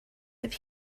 fydd